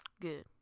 Good